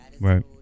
Right